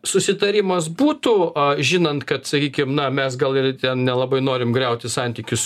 susitarimas būtų a žinant kad sakykim na mes gal ir ten nelabai norim griauti santykius